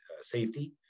safety